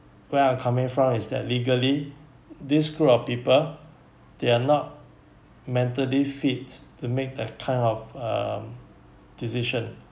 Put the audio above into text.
where I'm coming from is that legally this group of people they're not mentally fit to make that kind of um decision